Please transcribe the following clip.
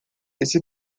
esse